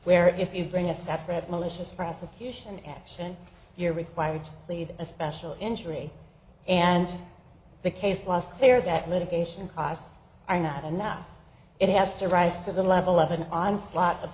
where if you bring a separate malicious prosecution action you're required to lead a special injury and the case was clear that litigation costs are not enough it has to rise to the level of an on